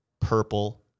purple